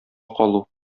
калу